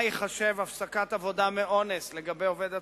מה ייחשב להפסקת עבודה מאונס לגבי עובד עצמאי?